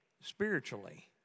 spiritually